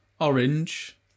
orange